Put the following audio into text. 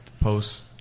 post